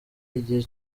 igihe